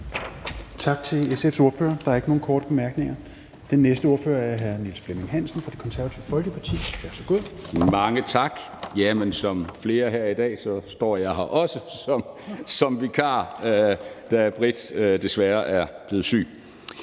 Tak til SF's ordfører. Der er ikke nogen korte bemærkninger. Den næste ordfører er hr. Niels Flemming Hansen fra Det Konservative Folkeparti. Værsgo. Kl. 10:14 (Ordfører) Niels Flemming Hansen (KF): Mange tak. Som flere her i dag står jeg her også som vikar, da Britt Bager desværre er blevet syg.